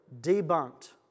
debunked